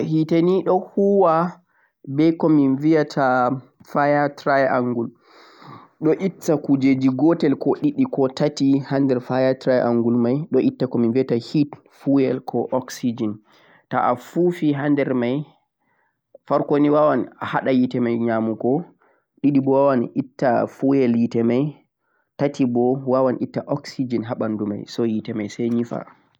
hite nei don huuwa be ko viyata fire triangle don itta kujeji gotel ko didi ko tati hander fire triangle mei don itta mebetan hit fuel ko oxygen toh a foofi hander mei farko nei waawan hada hite mei yaamugho didi mo waawan itta fuel hite mei tati mo waawan itta oxygen haa bandu mei sai yifaa